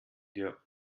der